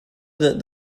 that